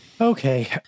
Okay